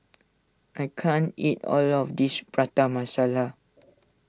I can't eat all of this Prata Masala